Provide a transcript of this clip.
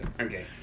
Okay